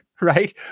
Right